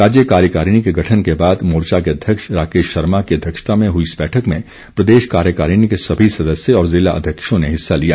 राज्य कार्यकारिणी के गठन के बाद मोर्चा के अध्यक्ष राकेश शर्मा की अध्यक्षता में हुई इस बैठक में प्रदेश कार्यकारिणी के सभी सदस्य और जिला अध्यक्षों ने हिस्सा लिया